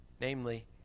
namely